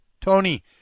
Tony